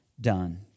done